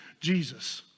Jesus